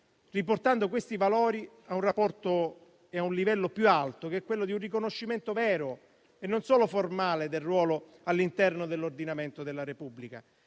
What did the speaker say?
riportando questi valori a un rapporto e a un livello più alto. Mi riferisco al riconoscimento vero e non solo formale del ruolo all'interno dell'ordinamento della Repubblica